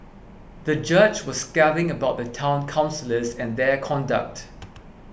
the judge was scathing about the Town Councillors and their conduct